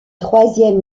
troisième